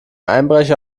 einbrecher